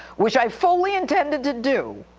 which i fully intended to do,